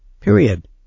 Period